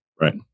Right